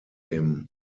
dem